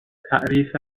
تعریف